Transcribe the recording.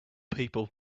people